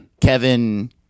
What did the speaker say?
Kevin